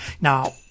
Now